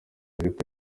ariko